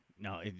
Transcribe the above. no